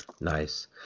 Nice